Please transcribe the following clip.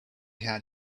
had